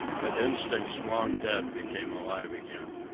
but instincts long dead became alive again.